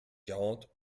quarante